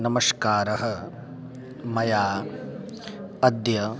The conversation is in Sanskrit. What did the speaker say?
नमस्कारः मया अद्य